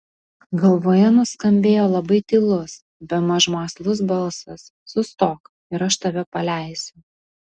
galvoje nuskambėjo labai tylus bemaž mąslus balsas sustok ir aš tave paleisiu